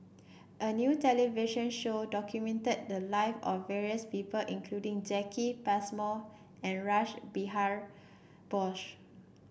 a new television show documented the lives of various people including Jacki Passmore and Rash Behari Bose